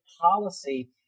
policy